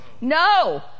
No